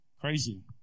Crazy